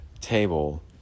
table